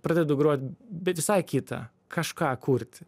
pradedu grot bet visai kitą kažką kurti